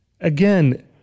again